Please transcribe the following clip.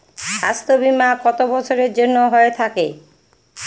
স্বাস্থ্যবীমা কত বছরের জন্য হয়ে থাকে?